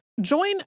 Join